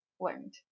learned